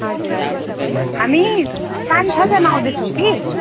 हजुर हजुर हामी पाँच छजना आउँदै छु कि